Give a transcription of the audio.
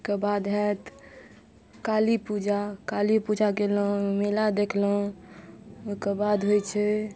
ओइके बाद होयत काली पूजा काली पूजा केलहुॅं ओहिमे मेला देखलहुॅं ओहिके बाद होइ छै